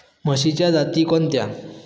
म्हशीच्या जाती कोणत्या?